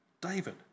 David